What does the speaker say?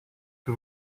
que